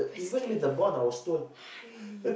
but it's scary !huh! really